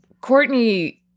Courtney